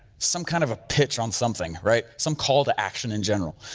some kind of a pitch on something, right? some call to action in general,